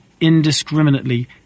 indiscriminately